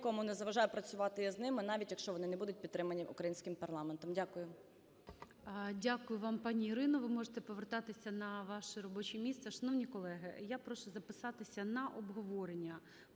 нікому не заважає працювати з ними, навіть якщо вони не будуть підтримані українським парламентом. Дякую.